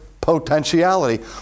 potentiality